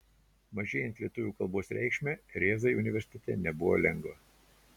mažėjant lietuvių kalbos reikšmei rėzai universitete nebuvo lengva